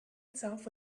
itself